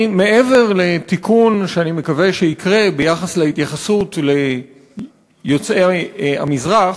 מעבר לתיקון שאני מקווה שיקרה ביחס להתייחסות ליוצאי המזרח,